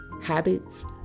habits